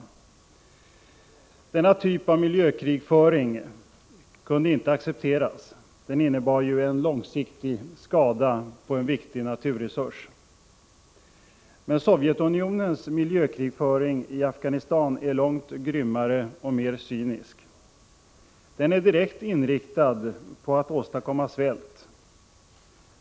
Denna typ av miljökrigföring kunde inte accepteras; den innebar ju en långsiktig skada på en viktig naturresurs. Men Sovjetunionens miljökrigföring i Afghanistan är långt grymmare och mer cynisk. Den är direkt inriktad på att åstadkomma svält.